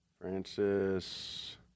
francis